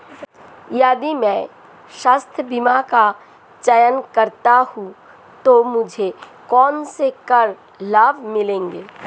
यदि मैं स्वास्थ्य बीमा का चयन करता हूँ तो मुझे कौन से कर लाभ मिलेंगे?